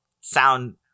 sound